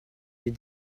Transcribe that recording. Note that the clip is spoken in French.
des